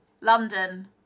London